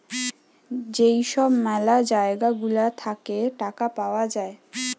যেই সব ম্যালা জায়গা গুলা থাকে টাকা পাওয়া যায়